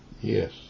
Yes